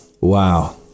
wow